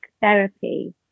therapy